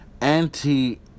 Anti